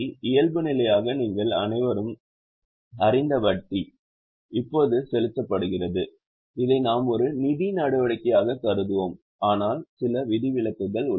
இயல்பாக நீங்கள் அனைவரும் அறிந்த வட்டி இப்போது செலுத்தப்படுகிறது இதை நாம் ஒரு நிதி நடவடிக்கையாக கருதுவோம் ஆனால் சில விதிவிலக்குகள் உள்ளன